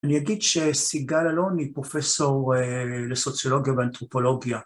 אני אגיד שסיגל אלון היא פרופסור לסוציולוגיה ואנתרופולוגיה.